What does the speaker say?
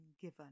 given